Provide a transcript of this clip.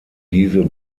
diese